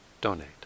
donate